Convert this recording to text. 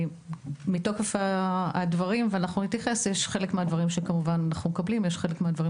וחלק מהדברים שלהם אנחנו מקבלים ועל חלק מהדברים